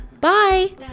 bye